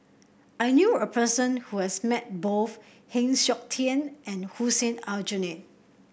I knew a person who has met both Heng Siok Tian and Hussein Aljunied